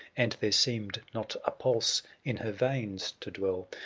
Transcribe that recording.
and there seemed not a pulse in her veins to dwell.